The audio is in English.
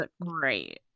great